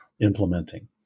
implementing